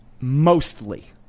Mostly